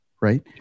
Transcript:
right